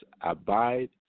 abide